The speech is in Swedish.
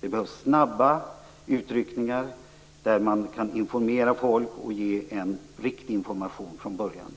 Det behövs snabba utryckningar där man kan ge människor en riktig information från början.